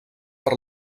per